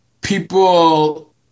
people